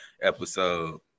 episode